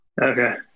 Okay